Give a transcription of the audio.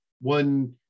one